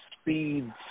speeds